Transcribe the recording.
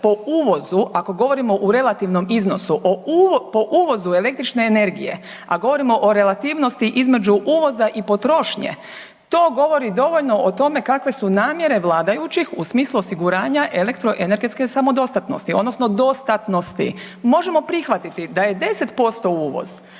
po uvozu, ako govorimo u relativnom iznosu po uvozu električne energije, a govorimo o relativnosti između uvoza i potrošnje, to govori dovoljno o tome kakve su namjere vladajućih u smislu osiguranja elektroenergetske samodostatnosti odnosno dostatnosti. Možemo prihvatiti da je 10% uvoz,